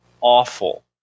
awful